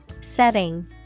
Setting